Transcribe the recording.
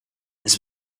it’s